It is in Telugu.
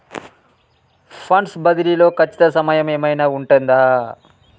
ఫండ్స్ బదిలీ లో ఖచ్చిత సమయం ఏమైనా ఉంటుందా?